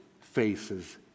faces